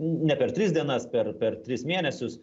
ne per tris dienas per per tris mėnesius